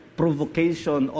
provocation